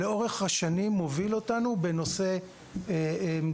שהוביל אותנו לאורך השנים בנושא של